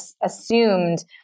assumed